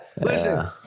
Listen